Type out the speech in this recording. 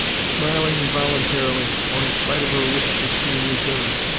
smiling involuntarily, or in spite of her wish to seem reserved,